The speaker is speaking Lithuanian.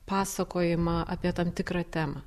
pasakojimą apie tam tikrą temą